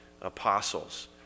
apostles